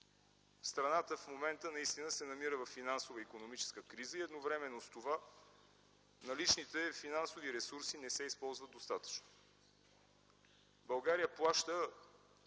страната наистина се намира във финансово-икономическа криза и едновременно с това наличните финансови ресурси не се използват достатъчно. България плаща